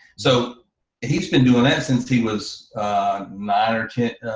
so he's been doing that since he was nine or ten,